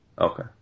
Okay